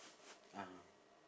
(uh huh)